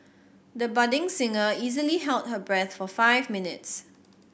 the budding singer easily held her breath for five minutes